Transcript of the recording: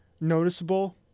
noticeable